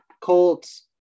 Colts